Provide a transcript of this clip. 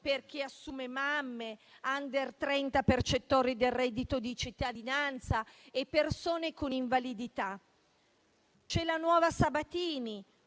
per chi assume mamme, *under* 30 percettori del reddito di cittadinanza e persone con invalidità. C'è la nuova Sabatini,